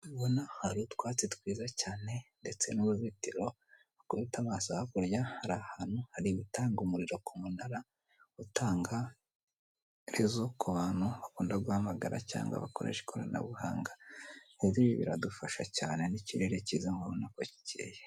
Hano ubona hari utwatsi twiza cyane ndetse n'uruzitiro, wakubita amaso hakurya, hari ahantu hari gutanga umuriro ku munara utanga lezo ku bantu bakunda guhamagara cyangwa bakoresha ikoranabuhanga. Rero ibi biradufasha cyane, n'ikirere cyiza murabona ko gikeye.